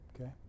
Okay